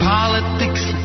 Politics